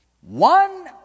One